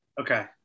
Okay